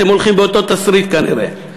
אתם הולכים באותו תסריט כנראה.